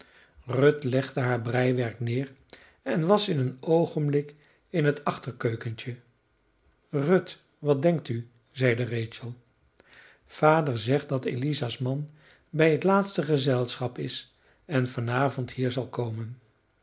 ruth legde haar breiwerk neer en was in een oogenblik in het achterkeukentje ruth wat dunkt u zeide rachel vader zegt dat eliza's man bij het laatste gezelschap is en van avond hier zal komen